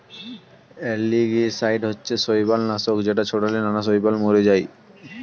algicide হচ্ছে শৈবাল নাশক যেটা ছড়ালে গাছে নানা শৈবাল মরে যায়